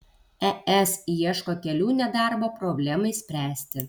es ieško kelių nedarbo problemai spręsti